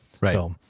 Right